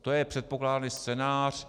To je předpokládaný scénář.